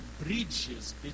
bridges